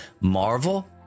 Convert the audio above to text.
Marvel